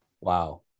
wow